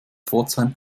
pforzheim